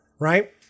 right